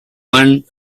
one